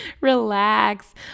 relax